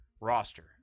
roster